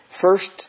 First